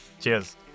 Cheers